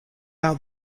out